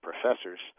professors